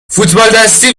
فوتبالدستی